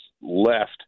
left